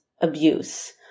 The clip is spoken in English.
abuse